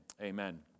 amen